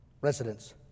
residents